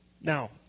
Now